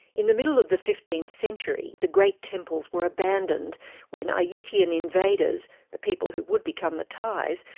in the middle of the fifteenth century, the great temples were abandoned when ah yeah ayutthayan and invaders, the people who would become the thais,